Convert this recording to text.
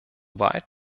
weit